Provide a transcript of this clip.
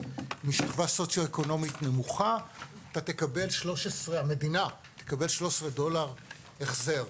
משכבה סוציו-אקונומית נמוכה - המדינה תקבל 13 דולר החזר.